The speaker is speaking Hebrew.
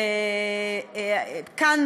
כאן,